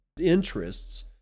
interests